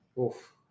Oof